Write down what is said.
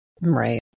Right